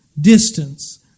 distance